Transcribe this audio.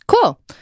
Cool